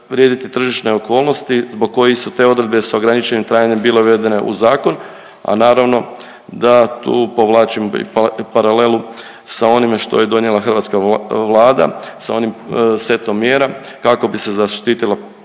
vrijediti tržišne okolnosti zbog kojih su te odredbe s ograničenim trajanjem bile uvedene u zakon, a naravno da tu povlačim i paralelu sa onime što je donijela hrvatska Vlada, sa onim setom mjera kako bi se zaštitila,